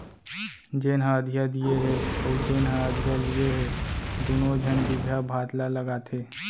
जेन ह अधिया दिये हे अउ जेन ह अधिया लिये हे दुनों झन बिजहा भात ल लगाथें